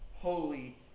holy